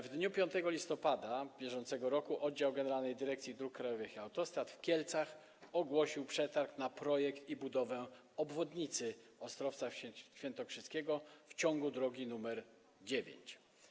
W dniu 5 listopada br. oddział Generalnej Dyrekcji Dróg Krajowych i Autostrad w Kielcach ogłosił przetarg na projekt i budowę obwodnicy Ostrowca Świętokrzyskiego w ciągu drogi nr 9.